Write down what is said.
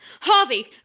Harvey